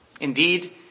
Indeed